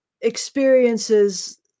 Experiences